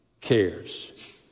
cares